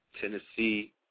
Tennessee